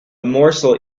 morsel